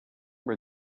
were